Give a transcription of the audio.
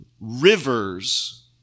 rivers